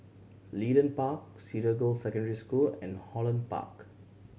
Leedon Park Cedar Girls' Secondary School and Holland Park